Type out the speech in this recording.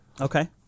Okay